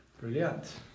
Brilliant